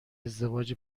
ازدواج